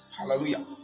Hallelujah